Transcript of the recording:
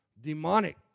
demonic